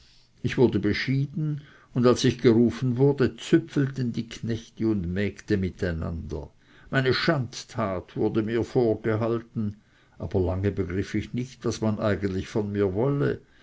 ich wurde beschieden und als ich gerufen wurde zäpfelten die knechte und mägde miteinander meine schandtat wurde mir vorgehalten aber lange begriff ich nicht was man eigentlich von mir wolle